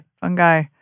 fungi